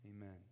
amen